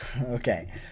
Okay